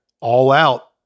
all-out